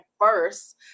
first